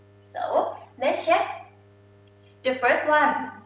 so let's check the first one.